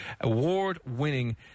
award-winning